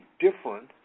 different